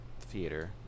theater